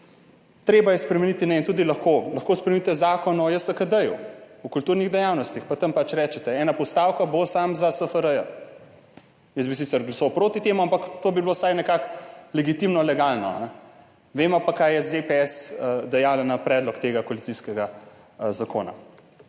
treba je spremeniti in tudi lahko, lahko spremenite zakon o JSKD, o kulturnih dejavnostih in tam pač rečete, ena postavka bo samo za SFRJ. Jaz bi sicer glasoval proti temu, ampak to bi bilo vsaj nekako legitimno, legalno. Vemo pa, kaj je ZPS dejala na predlog tega koalicijskega zakona.